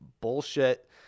bullshit